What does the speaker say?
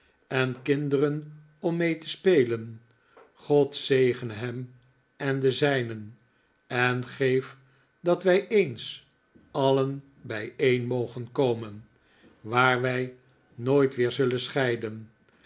en kinde'ren om mee'te spelen god zegene hem en de zij nen en geve dat wij eens alien bij een mogen komen waar wij nooit weer zullen scheiden